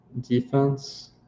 defense